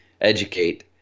educate